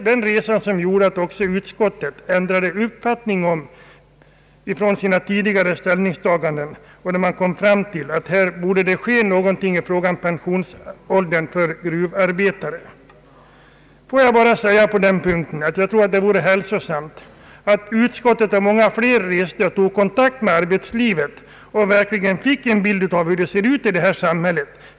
Den resan hade föranlett utskottet att ändra sin tidigare uppfattning och att komma till den slutsatsen, att det borde ske någonting i fråga om en sänkning av pensionsåldern för gruvarbetare. Jag vill bara säga på den punkten, att jag tror att det vore hälsosamt, om utskottsledamöter och andra fick resa omkring och ta kontakt med folk ute i arbetslivet så att man verkligen fick en bild av hur det ser ut i arbetslivet i samhället.